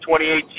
2018